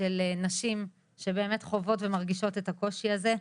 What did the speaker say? של נשים שבאמת חוות ומרגישות את הקושי הזה.